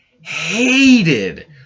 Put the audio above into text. hated